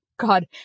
God